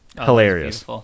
hilarious